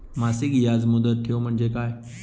मासिक याज मुदत ठेव म्हणजे काय?